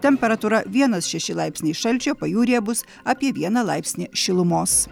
temperatūra vienas šeši laipsniai šalčio pajūryje bus apie vieną laipsnį šilumos